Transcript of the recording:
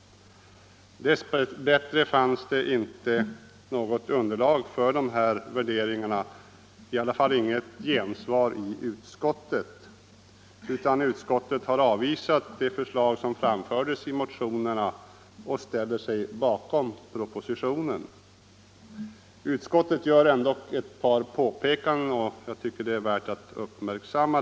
Dess bättre fanns det inte något underlag för dessa värderingar — i varje fall inget gensvar i utskottet. Utskottet har avvisat de förslag som framfördes i motionerna och ställer sig bakom propositionen. Utskottet gör dock ett par påpekanden.